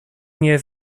nie